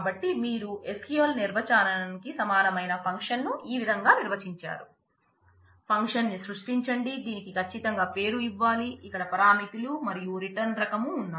కాబట్టి మీరు SQL నిర్వచనానికి సమానమైన ఫంక్షన్ను ఈ విధంగా నిర్వచించారు ఫంక్షన్ను సృష్టించండి దీనికి ఖచ్చితంగా పేరు ఇవ్వాలి ఇక్కడ పారామితులు మరియు రిటర్న్ రకం ఉన్నాయి